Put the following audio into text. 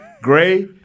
Gray